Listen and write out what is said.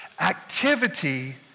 Activity